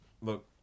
Look